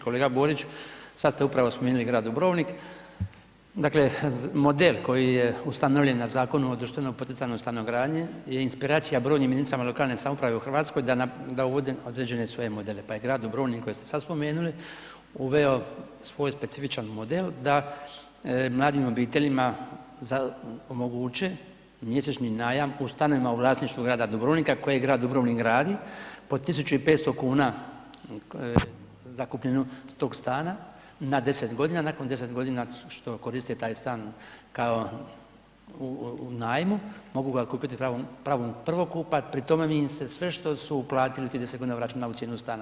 Kolega Borić, sad ste upravo spomenuli grad Dubrovnik, dakle, model koji je ustanovljen na Zakonu o društveno poticajnoj stanogradnji je inspiracija brojnim jedinicama lokalne samouprave u RH da uvode određene svoje modele, pa je grad Dubrovnik koji ste sad spomenuli uveo svoj specifičan model da mladim obiteljima omoguće mjesečni najam u stanovima u vlasništvu grada Dubrovnika koji grad Dubrovnik gradi po 1.500,00 kn zakupninu tog stana na 10.g., nakon 10.g. što koriste taj stan kao u najmu, mogu ga kupiti pravom prvokupa, pri tome im se sve što su uplatili u tih 10.g. vraća na ovu cijenu stana.